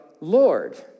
Lord